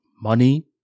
money